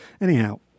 Anyhow